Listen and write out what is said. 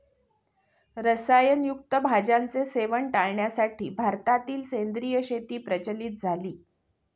रसायन युक्त भाज्यांचे सेवन टाळण्यासाठी भारतात सेंद्रिय शेती प्रचलित झाली